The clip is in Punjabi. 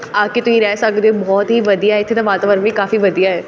ਆਕੇ ਤੁਸੀਂ ਰਹਿ ਸਕਦੇ ਹੋ ਬਹੁਤ ਹੀ ਵਧੀਆ ਇੱਥੇ ਦਾ ਵਾਤਾਵਰਨ ਵੀ ਕਾਫੀ ਵਧੀਆ ਹੈ